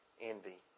envy